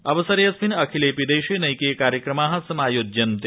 अवसरे अस्मिन् अखिलेऽपि देशे नैके कार्यक्रमा समायोज्यन्ते